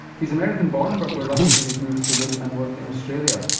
he's american born but we're lucky that he's moved to live and work in australia.